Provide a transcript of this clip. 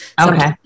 Okay